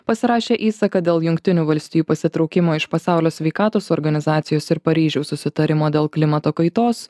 pasirašė įsaką dėl jungtinių valstijų pasitraukimo iš pasaulio sveikatos organizacijos ir paryžiaus susitarimo dėl klimato kaitos